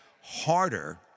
harder